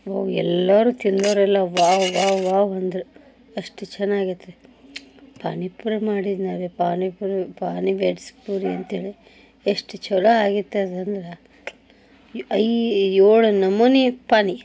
ಓ ಎಲ್ಲರೂ ತಿಂದವರೆಲ್ಲ wow wow wow ಅಂದ್ರೆ ಅಷ್ಟು ಚೆನ್ನಾಗೈತೆ ಪಾನಿಪುರಿ ಮಾಡಿದ್ವಿ ಆದ್ರೆ ಪಾನಿಪುರಿ ಪಾನಿ ಬೆಟ್ಸ್ ಪುರಿ ಅಂಥೇಳಿ ಎಷ್ಟು ಛಲೋ ಆಗೈತೆ ಅದಂದ್ರೆ ಐ ಏಳು ನಮೂನಿ ಪಾನಿ